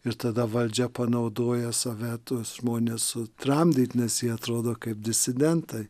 ir tada valdžia panaudoja save tuos žmones sutramdyti nes jie atrodo kaip disidentai